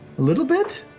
little bit?